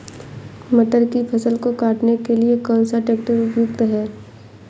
मटर की फसल को काटने के लिए कौन सा ट्रैक्टर उपयुक्त है?